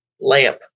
lamp